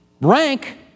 rank